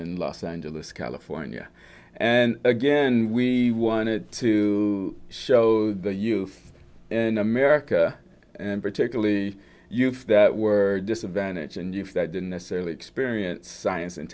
in los angeles california and again we wanted to show the youth in america and particularly that were disadvantage and if that didn't necessarily experience science and